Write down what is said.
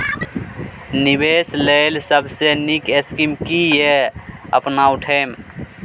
निवेश लेल सबसे नींक स्कीम की या अपन उठैम?